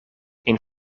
een